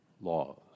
laws